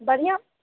बढ़िऑं